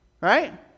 right